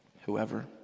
whoever